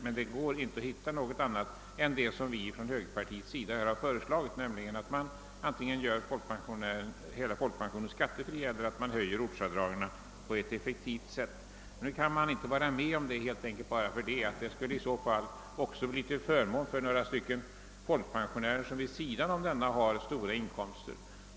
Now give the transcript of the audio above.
Det har inte gått att finna något annat än det som högern har föreslagit, nämligen att man antingen gör hela folkpensionen skattefri eller också höjer ortsavdragen på ett effektivt sätt. Det kan nu herr Brandt inte vara med om, därför att det skulle kunna innebära en förmån för en del folkpensionärer, som vid sidan av folkpensionen har stora inkomster.